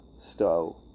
Stow